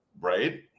Right